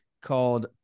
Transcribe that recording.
called